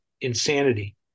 insanity